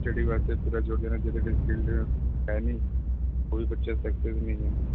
study ਵਾਸਤੇ ਪੂਰਾ ਜੋਰ ਦੇਣਾ ਜਿਹੜਾ ਕੋਈ ਸਕਿੱਲਡ ਹੈ ਨਹੀਂ ਕੋਈ ਬੱਚਾ ਨਹੀਂ ਹੈ